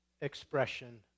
expression